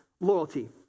loyalty